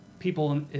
People